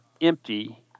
empty